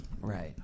Right